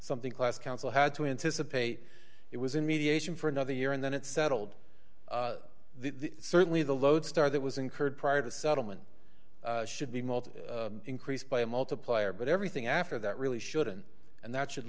something class council had to anticipate it was in mediation for another year and then it settled the certainly the lodestar that was incurred prior to settlement should be mult increased by a multiplier but everything after that really shouldn't and that should